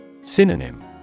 Synonym